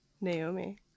Naomi